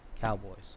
Cowboys